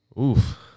Oof